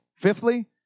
Fifthly